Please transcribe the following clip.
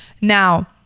now